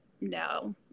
no